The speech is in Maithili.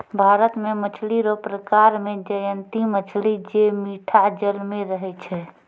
भारत मे मछली रो प्रकार मे जयंती मछली जे मीठा जल मे रहै छै